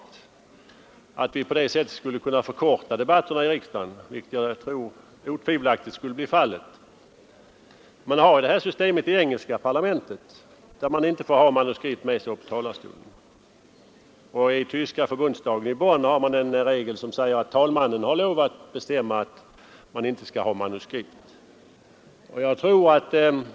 Vi skulle på det sättet otvivelaktigt kunna förkorta debatterna i riksdagen. Detta system tillämpas i det engelska parlamentet, där ledamöterna inte får ha manuskript med sig i talarstolen. I den tyska förbundsdagen i Bonn finns en regel som säger att talmannen får bestämma att talarna inte skall ha manuskript.